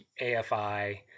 AFI